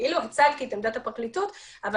הפרקליטות אבל